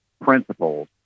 principles